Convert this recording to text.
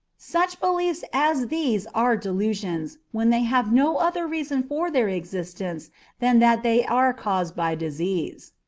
such beliefs as these are delusions, when they have no other reason for their existence than that they are caused by disease.